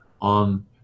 on